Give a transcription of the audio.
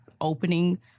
opening